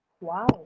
Wow